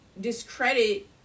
discredit